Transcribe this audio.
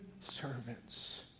servants